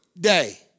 day